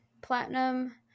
Platinum